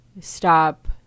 stop